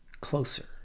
closer